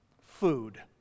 Food